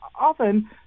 often